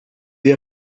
they